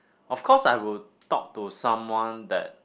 of course I would talk to someone that